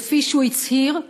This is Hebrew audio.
כפי שהוא הצהיר,